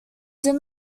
did